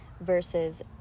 versus